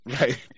right